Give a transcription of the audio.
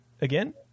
Again